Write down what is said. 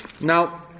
Now